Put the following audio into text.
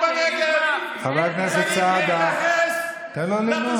חבר הכנסת סעדה, תן לו לנאום.